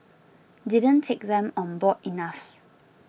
didn't take them on board enough